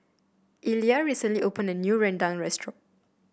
Illya recently opened a new rendang restaurant